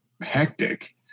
hectic